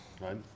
right